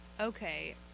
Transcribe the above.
okay